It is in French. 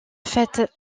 fait